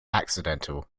accidental